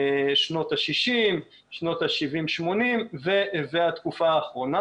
שנות ה-60', שנות ה-70' 80' והתקופה האחרונה.